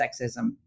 sexism